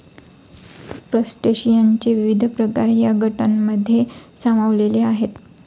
क्रस्टेशियनचे विविध प्रकार या गटांमध्ये सामावलेले आहेत